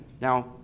Now